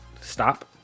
stop